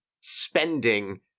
spending